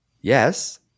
Yes